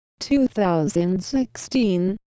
2016